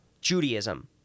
Judaism